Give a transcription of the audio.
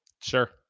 Sure